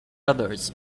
others